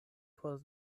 por